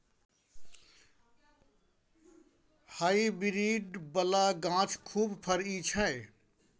hybrid बला गाछ खूब फरइ छै